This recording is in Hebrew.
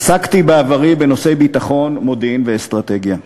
עסקתי בעברי בנושאי ביטחון, מודיעין ואסטרטגיה.